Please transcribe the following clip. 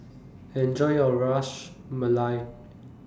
Enjoy your Ras Malai